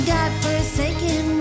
God-forsaken